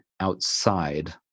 outside